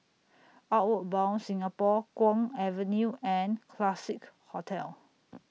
Outward Bound Singapore Kwong Avenue and Classique Hotel